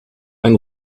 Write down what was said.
ein